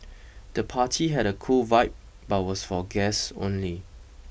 the party had a cool vibe but was for guests only